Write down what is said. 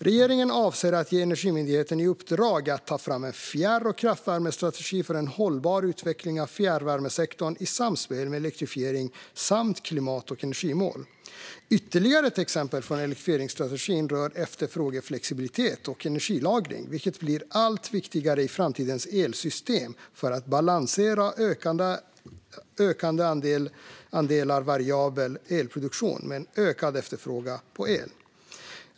Regeringen avser att ge Energimyndigheten i uppdrag att ta fram en fjärr och kraftvärmestrategi för en hållbar utveckling av fjärrvärmesektorn i samspel med elektrifieringen samt klimat och energimål. Ytterligare ett exempel från elektrifieringsstrategin rör efterfrågeflexibilitet och energilagring, vilket blir allt viktigare i framtidens elsystem för att balansera ökande andelar variabel elproduktion med en ökad efterfrågan på el.